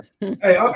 hey